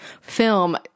film